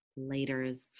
Laters